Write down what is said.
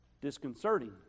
disconcerting